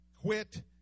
quit